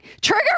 Trigger